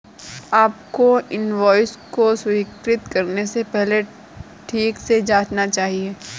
आपको इनवॉइस को स्वीकृत करने से पहले ठीक से जांचना चाहिए